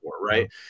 right